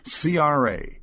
CRA